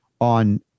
on